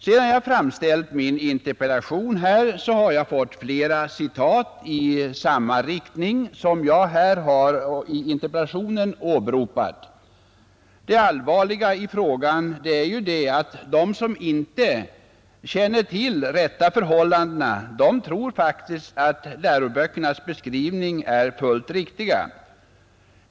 Sedan jag framställt min interpellation har jag fått flera citat i samma riktning som de jag i interpellationen åberopat. Det allvarliga i frågan är ju att de som inte känner till de rätta förhållandena faktiskt tror att läroböckernas beskrivning är fullt riktig.